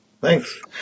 thanks